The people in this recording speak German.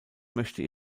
möchte